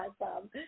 awesome